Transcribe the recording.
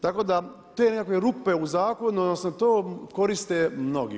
Tako da te nekakve rupe u zakonu, odnosno to koriste mnogi.